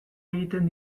egiten